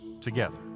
together